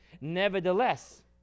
nevertheless